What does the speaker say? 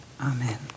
amen